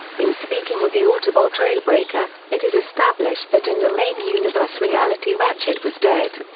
in speaking with the autobot trailbreaker, it is established that in the main universe reality ratchet was dead.